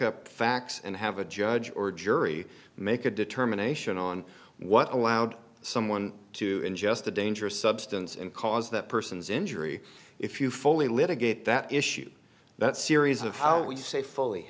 the facts and have a judge or jury make a determination on what allowed someone to ingest a dangerous substance and cause that person's injury if you fully litigate that issue that series of how we say fully